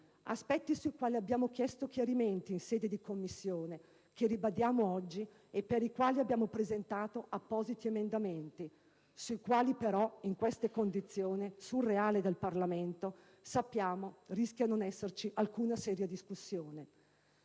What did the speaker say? aspetti sui quali abbiamo chiesto chiarimenti in sede di Commissione, richiesta che ribadiamo oggi, e per i quali abbiamo presentato appositi emendamenti, sui quali però, nelle condizioni surreali del Parlamento, sappiamo rischia non esserci alcuna seria discussione.